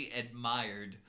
admired